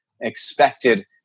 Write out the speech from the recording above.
expected